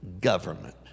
government